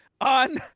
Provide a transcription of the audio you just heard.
on